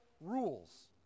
rules